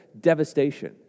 devastation